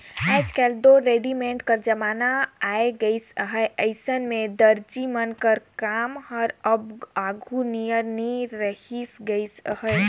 आएज काएल दो रेडीमेड कर जमाना आए गइस अहे अइसन में दरजी मन कर काम हर अब आघु नियर नी रहि गइस अहे